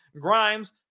Grimes